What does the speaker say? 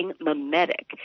mimetic